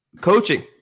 Coaching